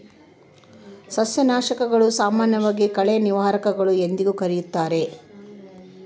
ಸಸ್ಯನಾಶಕಗಳು, ಸಾಮಾನ್ಯವಾಗಿ ಕಳೆ ನಿವಾರಕಗಳು ಎಂದೂ ಕರೆಯುತ್ತಾರೆ